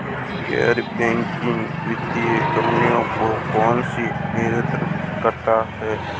गैर बैंकिंग वित्तीय कंपनियों को कौन नियंत्रित करता है?